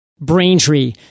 braintree